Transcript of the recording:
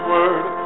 Word